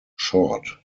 short